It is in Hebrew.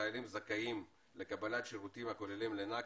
החיילים זכאים לקבלת שירותים הכוללים: לינה,